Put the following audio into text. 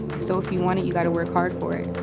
so if you want it, you got to work hard for it.